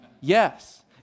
Yes